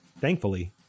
Thankfully